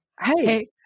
Hey